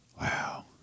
Wow